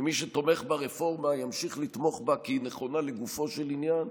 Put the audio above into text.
ומי שתומך ברפורמה ימשיך לתמוך בה כי היא נכונה לגופו של עניין,